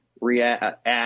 react